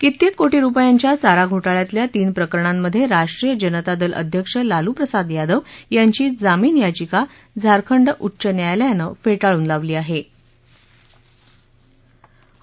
कित्येक कोटी रुपयांच्या चारा घोटाळ्यातल्या तीन प्रकरणांमध्ये राष्ट्रीय जनता दल अध्यक्ष लालू प्रसाद यादव यांची जामीन याचिका झारखंड उच्च न्यायालयानं फेटाळून लावली गेल्या